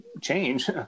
change